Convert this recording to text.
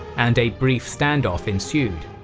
and a brief standoff ensued.